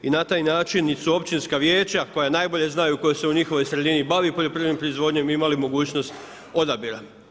I na taj način su Općinska vijeća koja najbolje znaju tko se u njihovoj sredini bavi poljoprivrednom proizvodnjom imali mogućnost odabira.